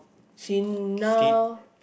she now